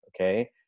okay